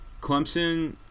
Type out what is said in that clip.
Clemson